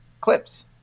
clips